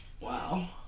Wow